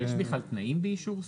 יש בכלל תנאים באישור סוג?